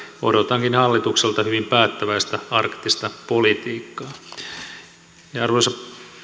odotankin hallitukselta hyvin päättäväistä arktista politiikkaa arvoisa